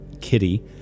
Kitty